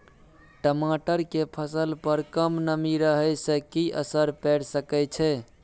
टमाटर के फसल पर कम नमी रहै से कि असर पैर सके छै?